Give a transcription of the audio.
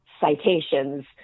citations